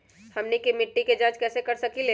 हमनी के मिट्टी के जाँच कैसे कर सकीले है?